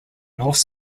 north